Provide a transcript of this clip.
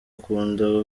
akunda